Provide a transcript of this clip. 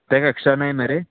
ताका एक्स्ट्रा ना नरे